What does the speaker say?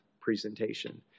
presentation